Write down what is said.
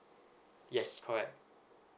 yes correct